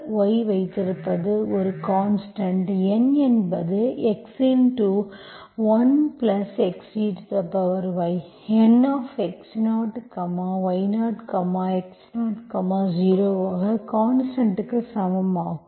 y வைத்திருப்பது ஒரு constant N என்பது x1 x ey N of x0 y x0 0 ஆக கான்ஸ்டன்ட்க்கு சமம் ஆகும்